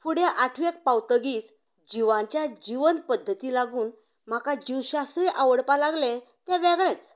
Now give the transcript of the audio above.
फुडें आठवेक पावतगीच जिवांच्या जीवन पध्दती लागून म्हाका जूशासय आवडपा लागले ते वेगळेच